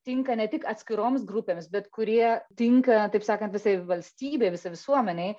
tinka ne tik atskiroms grupėms bet kurie tinka taip sakant visai valstybei visai visuomenei